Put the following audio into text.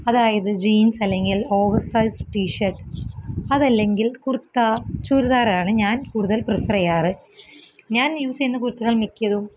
അതായത് ജീന്സ്സല്ലങ്കില് over size T shirt അതല്ലെങ്കില് കുര്ത്ത ചുരിദാറാണ് ഞാന് കൂട്തല് പ്രിഫർ ചെയ്യാറ് ഞാന് യൂസ് ചെയ്യുന്ന കുര്ത്തകള് മിക്കതും